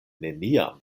neniam